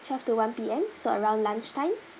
twelve to one P_M so around lunch time